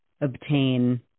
obtain